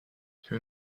que